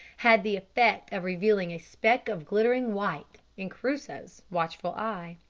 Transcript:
had the effect of revealing a speck of glittering white in crusoe's watchful eye.